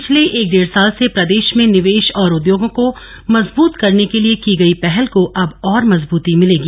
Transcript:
पिछले एक डेढ़ साल से प्रदेश में निवेश और उद्योगों को मजबूत करने के लिए की गई पहल को अब और मजबूती मिलेगी